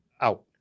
Out